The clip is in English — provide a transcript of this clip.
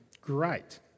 great